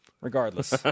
Regardless